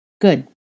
Good